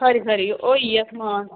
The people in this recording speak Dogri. खरी खरी होई जाओ समान